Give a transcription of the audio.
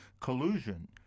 collusion